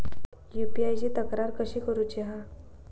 UPI ची तक्रार कशी करुची हा?